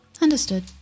Understood